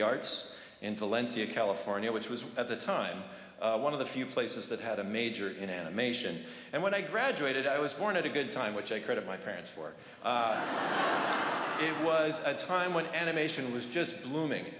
year california which was at the time one of the few places that had a major in animation and when i graduated i was born at a good time which i credit my parents for it was a time when animation was just blooming